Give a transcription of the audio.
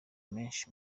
menshi